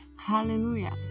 Hallelujah